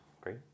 Great